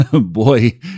Boy